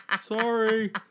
sorry